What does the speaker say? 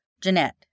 Jeanette